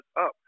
up